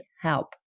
help